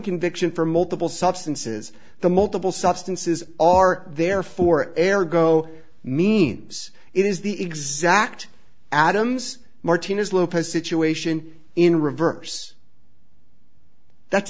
conviction for multiple substances the multiple substances are there for error go means it is the exact adams martina's lopez situation in reverse that's